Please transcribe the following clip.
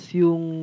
yung